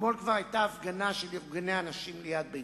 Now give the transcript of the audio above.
אתמול כבר היתה הפגנה של ארגוני הנשים ליד ביתי.